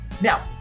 Now